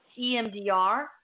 EMDR